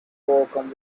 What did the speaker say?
overcome